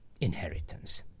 inheritance